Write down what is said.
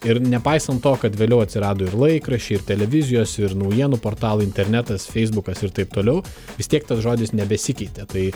ir nepaisant to kad vėliau atsirado ir laikraščiai ir televizijos ir naujienų portalai internetas feisbukas ir taip toliau vis tiek tas žodis nebesikeitė tai